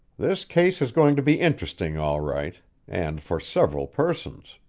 this case is going to be interesting, all right and for several persons.